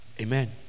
Amen